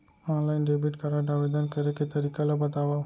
Online debit card आवेदन करे के तरीका ल बतावव?